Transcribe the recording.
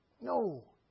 no